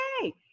okay